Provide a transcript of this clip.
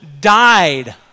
died